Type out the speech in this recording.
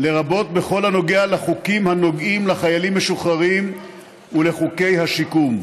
לרבות בכל הנוגע לחוקים הנוגעים לחיילים משוחררים ולחוקי השיקום.